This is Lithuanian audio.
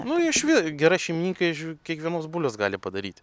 nu išvi gera šeimininkė iš kiekvienos bulvės gali padaryt